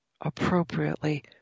appropriately